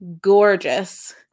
gorgeous